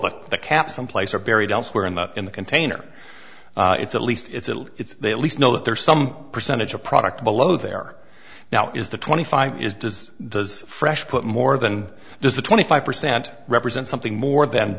that the cap someplace or buried elsewhere in the in the container it's at least it's a it's they at least know that there are some percentage of product below there now is the twenty five is does does fresh put more than just the twenty five percent represent something more than